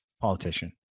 Politician